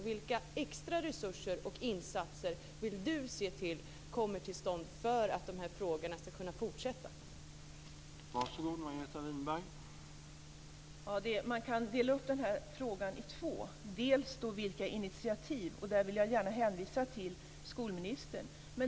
Vilka extra resurser och insatser vill Margareta Winberg se komma till stånd för att man skall kunna fortsätta att jobba med de här frågorna?